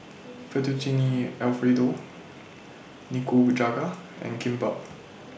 Fettuccine Alfredo Nikujaga and Kimbap